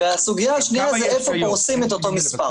והסוגיה השניה היא איפה פורסים את אותו מספר.